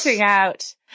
out